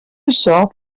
açò